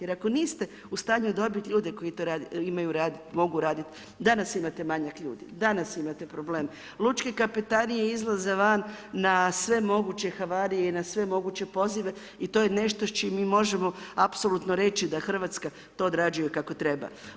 Jer ako niste u stanju dobiti ljude koji mogu raditi, danas imate manjak ljudi, danas imate problem, lučke kapetanije izlaze van, na sve moguće havarije, na sve moguće pozive i to je nešto s čim mi možemo apsolutno reći da Hrvatska to odrađuje kako treba.